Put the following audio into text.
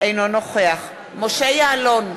אינו נוכח משה יעלון,